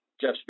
Jeff